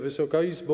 Wysoka Izbo!